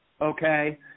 Okay